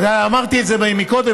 אמרתי זה קודם,